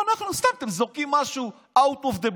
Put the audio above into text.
סתם אתם זורקים משהו out of the blue,